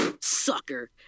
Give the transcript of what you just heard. Sucker